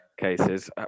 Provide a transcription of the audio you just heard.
Cases